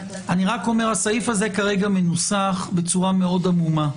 הסעיף הזה כרגע מנוסח בצורה מאוד עמומה.